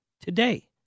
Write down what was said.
today